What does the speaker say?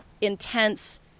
intense